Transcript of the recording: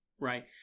right